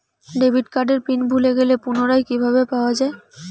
Debit কার্ডের PIN ভুলে গেলে পুনরায় কিভাবে পাওয়া য়ায়?